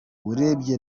urebye